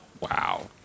Wow